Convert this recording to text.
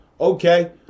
Okay